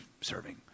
serving